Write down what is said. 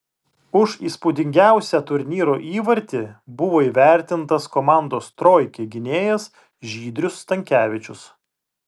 už įspūdingiausią turnyro įvartį buvo įvertintas komandos troikė gynėjas žydrius stankevičius